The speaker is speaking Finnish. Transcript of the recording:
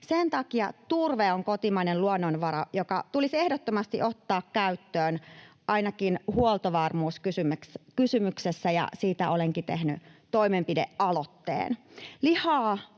Sen takia turve on kotimainen luonnonvara, joka tulisi ehdottomasti ottaa käyttöön ainakin huoltovarmuuskysymyksessä, ja siitä olenkin tehnyt toimenpidealoitteen.